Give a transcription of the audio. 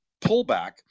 pullback